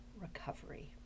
recovery